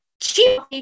cheap